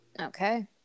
Okay